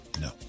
No